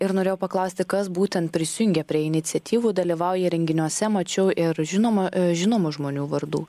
ir norėjau paklausti kas būtent prisijungia prie iniciatyvų dalyvauja renginiuose mačiau ir žinoma žinomų žmonių vardų